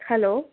hello